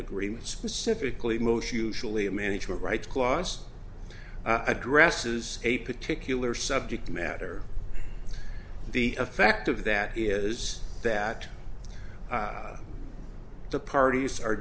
agreement specifically moves usually a management rights clause addresses a particular subject matter the effect of that is that the parties are